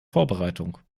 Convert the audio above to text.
vorbereitung